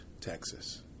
Texas